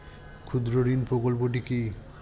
ক্ষুদ্রঋণ প্রকল্পটি কি?